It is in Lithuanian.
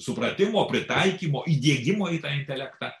supratimo pritaikymo įdiegimo į tą intelektą